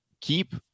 keep